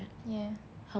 yeah